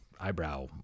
eyebrow